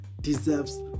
deserves